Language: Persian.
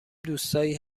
دوستایی